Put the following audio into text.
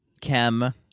Kim